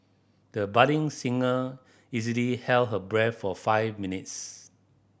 the budding singer easily held her breath for five minutes